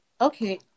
Okay